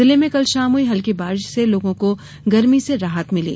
जिले में कल शाम हुई हल्की बारिश से लोगों को गर्मी से राहत मिली